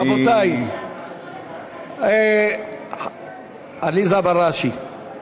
אני, רבותי, עליזה בראשי,